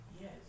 yes